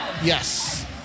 Yes